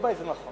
לגבי זה נכון.